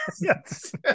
yes